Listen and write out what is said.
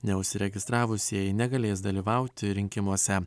neužsiregistravusieji negalės dalyvauti rinkimuose